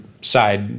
side